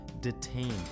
detained